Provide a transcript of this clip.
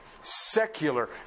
secular